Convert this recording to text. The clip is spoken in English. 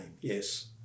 yes